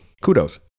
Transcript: kudos